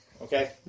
Okay